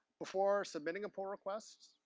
before submitting a pull request.